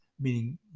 meaning